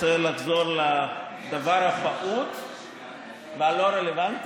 אני רוצה לחזור לדבר הפעוט והלא-רלוונטי,